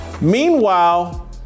Meanwhile